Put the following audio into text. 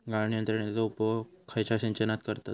गाळण यंत्रनेचो उपयोग खयच्या सिंचनात करतत?